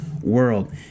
world